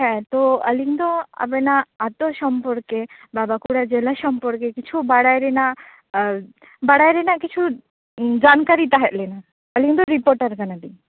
ᱦᱮᱸ ᱛᱚ ᱟᱞᱤᱧ ᱫᱚ ᱟᱵᱤᱱᱟᱜ ᱟᱹᱛᱩ ᱥᱚᱢᱯᱚᱨᱠᱮ ᱵᱟ ᱵᱟᱸᱠᱩᱲᱟ ᱡᱮᱞᱟ ᱥᱚᱢᱯᱚᱨᱠᱮ ᱠᱤᱪᱷᱩ ᱵᱟᱲᱟᱭ ᱨᱮᱭᱟᱜ ᱮᱸᱜ ᱵᱟᱲᱟᱭ ᱨᱮᱱᱟᱜ ᱠᱤᱪᱷᱩ ᱡᱟᱱᱠᱟᱨᱤ ᱛᱟᱦᱮᱸᱞᱮᱱᱟ ᱟᱞᱤᱧ ᱫᱚ ᱨᱤᱯᱳᱴᱟᱨ ᱠᱟᱱᱟᱞᱤᱧ